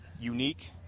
unique